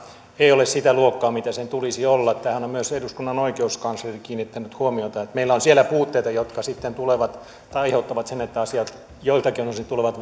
ei ole sitä luokkaa mitä sen tulisi olla tähän on myös eduskunnan oikeuskansleri kiinnittänyt huomiota että meillä on siellä puutteita jotka sitten aiheuttavat sen että asiat joiltakin osin tulevat